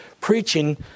preaching